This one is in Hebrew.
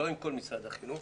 לא עם כל משרד החינוך,